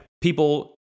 People